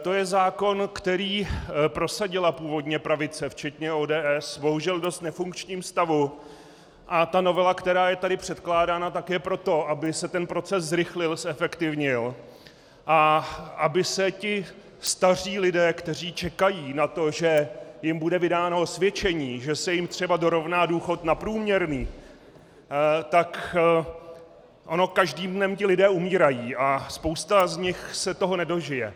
To je zákon, který prosadila původně pravice včetně ODS, bohužel v dost nefunkčním stavu, a ta novela, která je tu předkládána, tak je proto, aby se ten proces zrychlil, zefektivnil a aby se ti staří lidé, kteří čekají na to, že jim bude vydáno osvědčení, že se jim třeba dorovná důchod na průměrný, tak ono každým dnem ti lidé umírají a spousta z nich se toho nedožije.